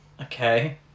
Okay